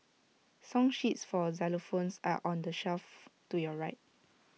song sheets for xylophones are on the shelf to your right